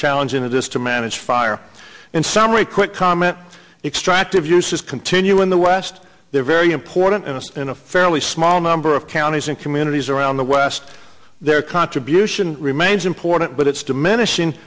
challenging is this to manage fire in summer a quick comment extract if you continue in the west they're very important in a fairly small number of counties and communities around the west their contribution remains important but it's diminishing